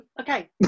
Okay